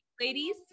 Ladies